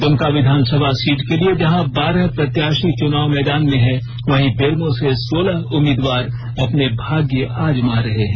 दुमका विधानसभा सीट के लिए जहां बारह प्रत्याशी चुनाव मैदान में हैं वहीं बेरमो से सोलह उम्मीदवार अपने भाग्य आजमा रहे हैं